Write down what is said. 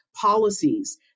policies